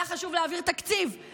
היה חשוב להעביר תקציב,